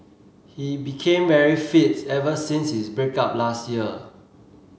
he became very fit ever since his break up last year